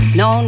no